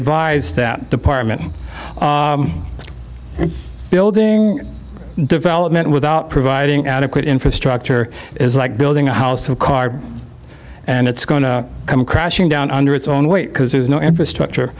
advise that department building development without providing adequate infrastructure is like building a house of cards and it's going to come crashing down under its own weight because there's no infrastructure